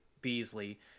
Beasley